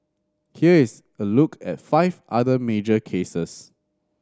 here is a look at five other major cases